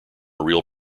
real